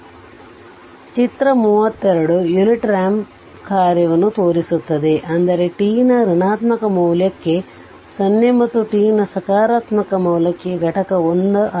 ಆದ್ದರಿಂದ ಚಿತ್ರ 32 unit ramp ಕಾರ್ಯವನ್ನು ತೋರಿಸುತ್ತದೆ ಅಂದರೆ t ನ ಋಣಾತ್ಮಕ ಮೌಲ್ಯಕ್ಕೆ 0 ಮತ್ತು t ನ ಸಕಾರಾತ್ಮಕ ಮೌಲ್ಯಕ್ಕೆ ಘಟಕ 1